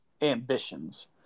ambitions